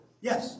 Yes